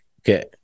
Okay